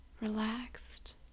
relaxed